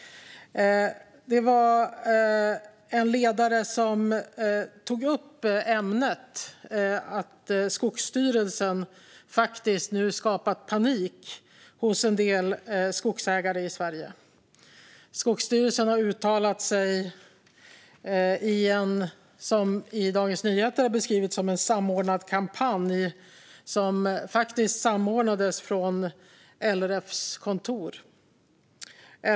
Det var en ledare som tog upp ämnet att Skogsstyrelsen nu skapat panik hos en del skogsägare i Sverige. Skogsstyrelsen har uttalat sig i vad som Dagens Nyheter beskriver som en samordnad kampanj som samordnades från LRF:s kontor.